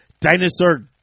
Dinosaur